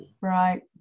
Right